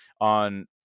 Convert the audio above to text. on